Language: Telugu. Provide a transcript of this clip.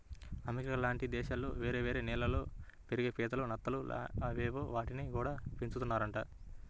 అమెరికా లాంటి దేశాల్లో వేరే వేరే నీళ్ళల్లో పెరిగే పీతలు, నత్తలు లాంటి అవేవో వాటిని గూడా పెంచుతున్నారంట